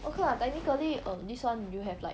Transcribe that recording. okay lah technically err this [one] you have like